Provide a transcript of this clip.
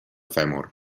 fèmur